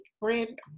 Brand